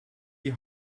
die